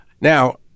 Now